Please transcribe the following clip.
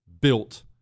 built